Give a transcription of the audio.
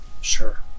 Sure